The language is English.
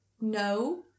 No